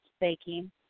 baking